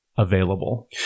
available